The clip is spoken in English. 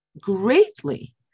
greatly